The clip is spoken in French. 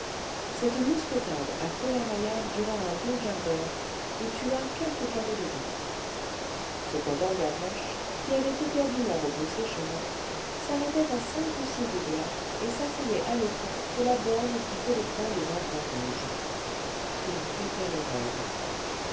cette mousquetade à colin-maillard dura un bon quart d'heure et tua quelques carreaux de vitre cependant gavroche qui avait éperdument rebroussé chemin s'arrêtait à cinq ou six rues de là et s'asseyait haletant sur la borne qui fait le coin des enfants rouges il prêtait l'oreille